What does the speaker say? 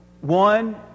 One